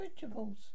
vegetables